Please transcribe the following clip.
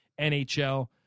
NHL